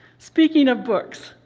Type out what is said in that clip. speaking of books,